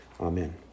Amen